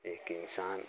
एक इंसान